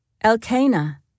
Elkanah